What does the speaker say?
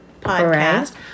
podcast